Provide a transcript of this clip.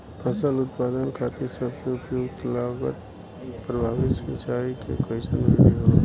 फसल उत्पादन खातिर सबसे उपयुक्त लागत प्रभावी सिंचाई के कइसन विधि होला?